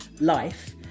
life